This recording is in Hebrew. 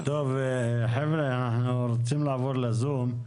טוב חבר'ה, אנחנו רוצים לעבור לזום,